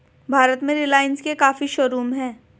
भारत में रिलाइन्स के काफी शोरूम हैं